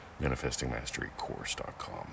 ManifestingMasteryCourse.com